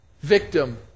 victim